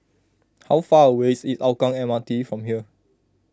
how far away is Hougang M R T from here